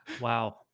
wow